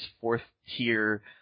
fourth-tier